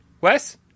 Wes